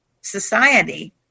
society